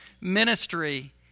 Ministry